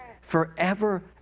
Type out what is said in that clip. Forever